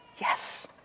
yes